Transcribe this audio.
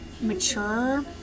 mature